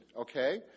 okay